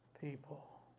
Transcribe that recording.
people